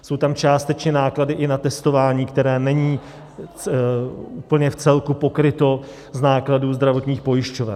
Jsou tam částečně i náklady na testování, které není úplně v celku pokryto z nákladů zdravotních pojišťoven.